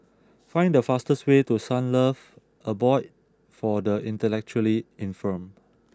find the fastest way to Sunlove Abode for the Intellectually Infirmed